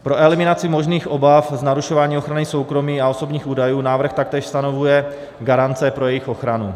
Pro eliminaci možných obav z narušování ochrany soukromí a osobních údajů návrh taktéž stanovuje garance pro jejich ochranu.